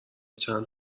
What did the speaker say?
چند